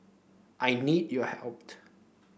I need your helped